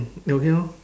okay lor